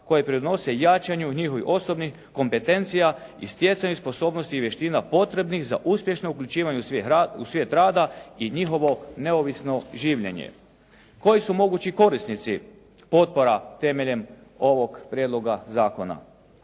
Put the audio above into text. koje pridonose jačanju njihovih osobnih kompetencija i stjecanju sposobnosti i vještina potrebnih za uspješno uključivanje u svijet rada i njihovo neovisno življenje. Koji su mogući korisnici otpora temeljem ovog prijedloga zakona?